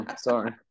sorry